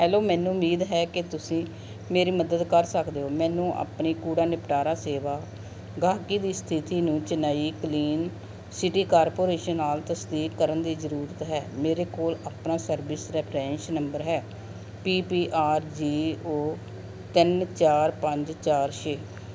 hello ਮੈਨੂੰ ਉਮੀਦ ਹੈ ਕਿ ਤੁਸੀਂ ਮੇਰੀ ਮਦਦ ਕਰ ਸਕਦੇ ਹੋ ਮੈਨੂੰ ਆਪਣੀ ਕੂੜਾ ਨਿਪਟਾਰਾ ਸੇਵਾ ਗਾਹਕੀ ਦੀ ਸਥਿਤੀ ਨੂੰ ਚੇਨਈ ਕਲੀਨ ਸਿਟੀ ਕਾਰਪੋਰੇਸ਼ਨ ਨਾਲ ਤਸਦੀਕ ਕਰਨ ਦੀ ਜ਼ਰੂਰਤ ਹੈ ਮੇਰੇ ਕੋਲ ਆਪਣਾ ਸਰਵਿਸ ਰੈਫਰੈਂਸ ਨੰਬਰ ਹੈ P P R G O ਤਿੰਨ ਚਾਰ ਪੰਜ ਚਾਰ ਛੇ